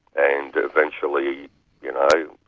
and eventually you know,